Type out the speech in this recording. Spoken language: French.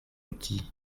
outil